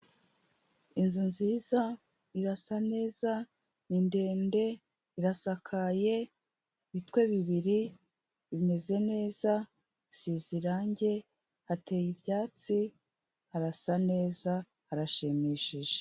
Inzu nziza, irasa neza, ni ndende, irasakaye, ibitwe bibiri, imeze neza, isize irangi, hateye ibyatsi, harasa neza, harashimishije.